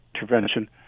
intervention